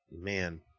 man